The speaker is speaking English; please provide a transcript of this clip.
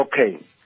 Okay